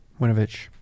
Winovich